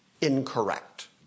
incorrect